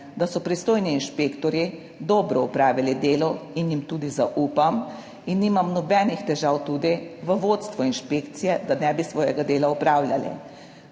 da so pristojni inšpektorji dobro opravili delo in jim tudi zaupam in nimam nobenih težav tudi v vodstvu inšpekcije, da ne bi svojega dela opravljali,